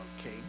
Okay